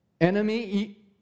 Enemy